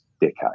decade